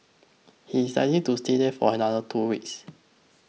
he is likely to stay there for another two weeks